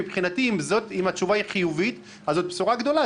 מבחינתי, אם התשובה היא חיובית, זאת בשורה גדולה.